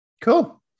cool